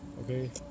Okay